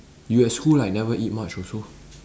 you at school like never eat much also